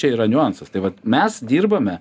čia yra niuansas tai vat mes dirbame